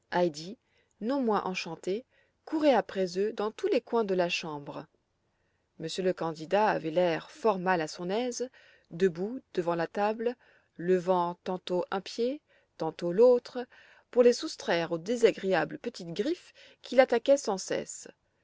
non moins enchantée courait après eux dans tous les coins de la chambre monsieur le candidat avait l'air fort mal à son aise debout devant la table levant tantôt un pied tantôt l'autre pour les oustraire aux désagréables petites griffes qui l'attaquaient sans cesse